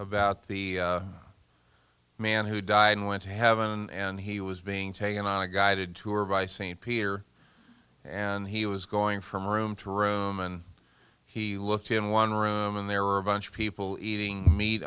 about the man who died and went to heaven and he was being taken on a guided tour by st peter and he was going from room to room and he looked in one room and there are a bunch of people eating meat